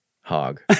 hog